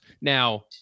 Now